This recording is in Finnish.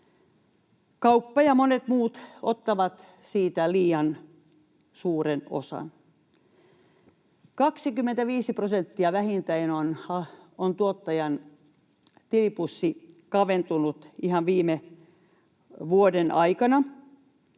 Kauppa ja monet muut ottavat siitä liian suuren osan. 25 prosenttia vähintään on tuottajan tilipussi kaventunut ihan viime vuoden aikana.